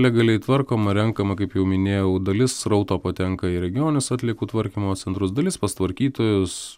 legaliai tvarkoma renkama kaip jau minėjau dalis srauto patenka į regioninius atliekų tvarkymo centrus dalis pas tvarkytojus